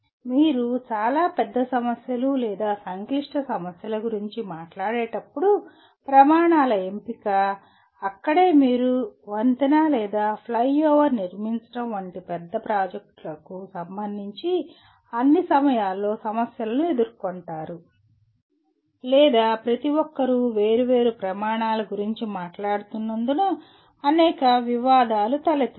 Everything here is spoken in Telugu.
మీరు చాలా పెద్ద సమస్యలు లేదా సంక్లిష్ట సమస్యల గురించి మాట్లాడేటప్పుడు ప్రమాణాల ఎంపిక అక్కడే మీరు వంతెన లేదా ఫ్లైఓవర్ నిర్మించడం వంటి పెద్ద ప్రాజెక్టులకు సంబంధించి అన్ని సమయాల్లో సమస్యలను ఎదుర్కొంటారు లేదా ప్రతి ఒక్కరూ వేరువేరు ప్రమాణాల గురించి మాట్లాడుతున్నందున అనేక వివాదాలు తలెత్తుతాయి